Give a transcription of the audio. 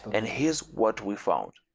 and here's what we found